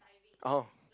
oh